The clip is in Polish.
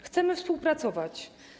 Chcemy współpracować.